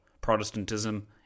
Protestantism